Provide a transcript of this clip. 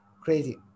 Crazy